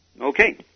Okay